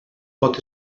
pot